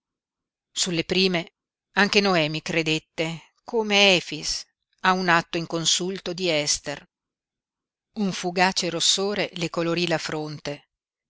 sulle prime anche noemi credette come efix a un atto inconsulto di ester un fugace rossore le colorí la fronte